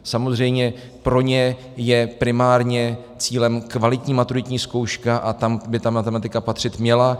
Samozřejmě, pro ně je primárně cílem kvalitní maturitní zkouška a tam by ta matematika patřit měla.